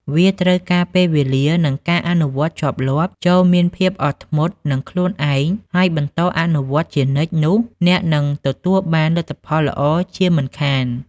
វាត្រូវការពេលវេលា និងការអនុវត្តន៍ជាប់លាប់ ចូរមានភាពអត់ធ្មត់នឹងខ្លួនឯង ហើយបន្តអនុវត្តជានិច្ចនោះអ្នកនឹងទទួលបានលទ្ធផលល្អជាមិនខាន។